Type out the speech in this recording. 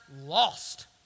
lost